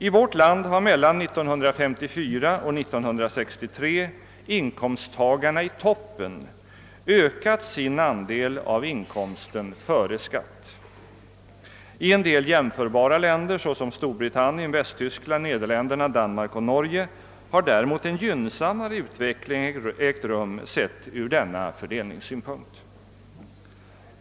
I vårt land har mellan 1954 och 1963 inkomsttagarna i toppen sålunda ökat sin andel av inkomsten före skatt. I vissa jämförbara länder såsom Storbritannien, Västtyskland, Nederländerna, Danmark och Norge har däremot en gynnsam mare utveckling ägt rum, sett från denna fördelningssynpunkt.